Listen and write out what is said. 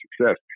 success